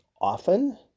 often